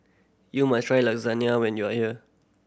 you must try Lasagna when you are here